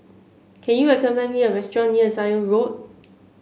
can you recommend me a restaurant near Zion Road